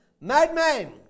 madman